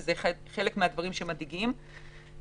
וזה אחד הדברים שמדאיגים אותנו.